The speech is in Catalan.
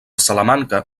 salamanca